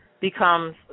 becomes